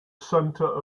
center